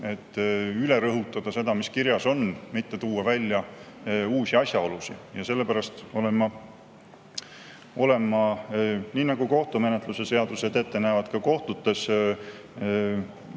et üle rõhutada seda, mis kirjas on, mitte tuua välja uusi asjaolusid. Ja sellepärast olen ma, nii nagu kohtumenetluse seadused näevad ette kohtutes,